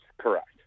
correct